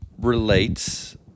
relates